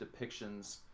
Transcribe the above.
depictions